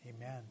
Amen